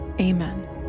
Amen